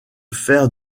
faire